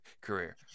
career